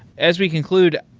as we conclude,